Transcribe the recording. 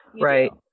Right